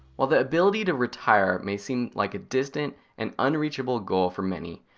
while the ability to retire may seem like a distant and unreachable goal for many,